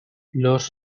los